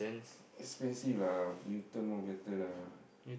expensive lah Newton more better lah